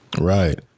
Right